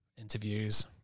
interviews